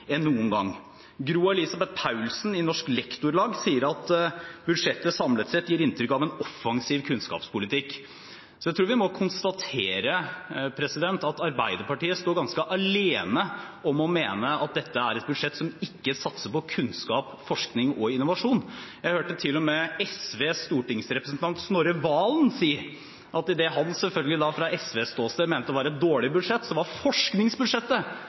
enn noen gang.» Gro Elisabeth Paulsen i Norsk Lektorlag sier at budsjettet samlet sett gir «et inntrykk av offensiv kunnskapspolitikk.» Jeg tror vi må konstatere at Arbeiderpartiet står ganske alene om å mene at dette er et budsjett som ikke satser på kunnskap, forskning og innovasjon. Jeg hørte til og med SVs stortingsrepresentant Snorre Serigstad Valen si at i det han selvfølgelig fra SVs ståsted mente var et dårlig budsjett, var forskningsbudsjettet